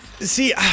See